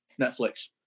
Netflix